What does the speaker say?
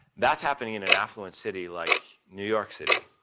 that's happening in an affluent city like new york city.